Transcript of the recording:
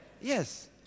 Yes